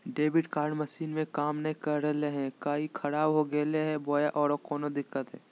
Debit card machine में काम नाय कर रहले है, का ई खराब हो गेलै है बोया औरों कोनो दिक्कत है?